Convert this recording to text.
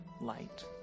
light